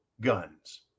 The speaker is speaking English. guns